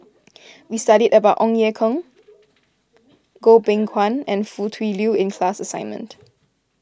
we studied about Ong Ye Kung Goh Beng Kwan and Foo Tui Liew in the class assignment